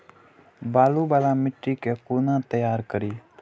बालू वाला मिट्टी के कोना तैयार करी?